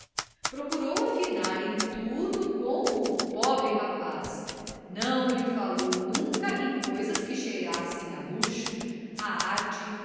procurou afinar em tudo com o pobre rapaz não lhe falou nunca em coisas que cheirassem a luxo a arte